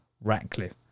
Ratcliffe